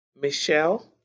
Michelle